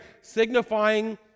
signifying